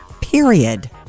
period